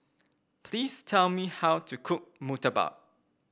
please tell me how to cook Murtabak